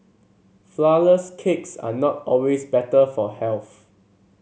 flourless cakes are not always better for health